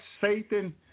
Satan